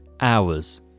hours